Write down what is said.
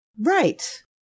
Right